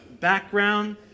background